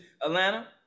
Atlanta